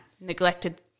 neglected